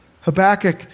Habakkuk